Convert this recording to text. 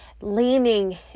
leaning